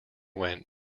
went